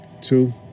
two